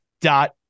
dot